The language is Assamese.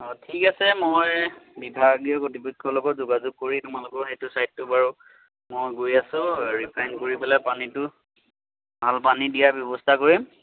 অঁ ঠিক আছে মই বিভাগীয় কৰ্তৃপক্ষৰ লগত যোগাযোগ কৰি তোমালোকৰ সেইটো ছাইডটো বাৰু মই গৈ আছোঁ ৰিফাইন কৰি পেলাই পানীটো ভাল পানী দিয়া ব্যৱস্থা কৰিম